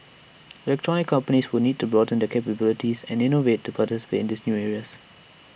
electronics companies will need to broaden their capabilities and innovate to participate in these new areas